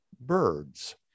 birds